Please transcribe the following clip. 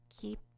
keep